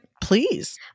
Please